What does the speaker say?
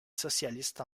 socialiste